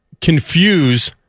confuse